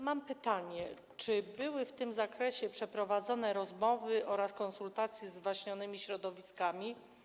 Mam pytanie: Czy były w tym zakresie przeprowadzone rozmowy oraz konsultacje ze zwaśnionymi środowiskami?